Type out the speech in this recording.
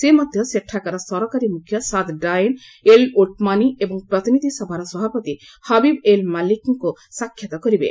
ସେ ମଧ୍ୟ ସେଠାକାର ସରକାରୀ ମୁଖ୍ୟ ସାଦ୍ ଡାଇନ୍ ଏଲ୍ ଓଟମାନି ଏବଂ ପ୍ରତିନିଧି ସଭାର ସଭାପତି ହବିବ ଏଲ୍ ମାଲ୍କିଙ୍କୁ ସାକ୍ଷାତ୍ କରିବେ